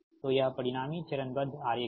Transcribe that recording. तो यह परिणामी चरणबद्ध आरेख है